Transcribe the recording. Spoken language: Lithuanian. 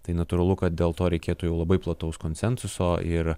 tai natūralu kad dėl to reikėtų jau labai plataus konsensuso ir